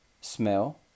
smell